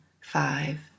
five